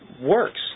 works